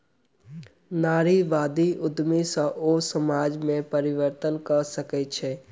नारीवादी उद्यमिता सॅ ओ समाज में परिवर्तन कय सकै छै